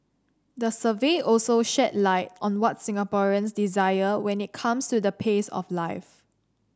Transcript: the survey also shed light on what Singaporeans desire when it comes to the pace of life